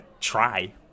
try